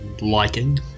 liking